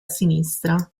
sinistra